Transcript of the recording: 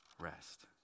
rest